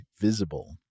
Visible